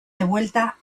devuelta